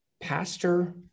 pastor